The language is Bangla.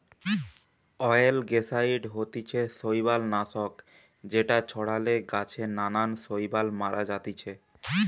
অয়েলগেসাইড হতিছে শৈবাল নাশক যেটা ছড়ালে গাছে নানান শৈবাল মারা জাতিছে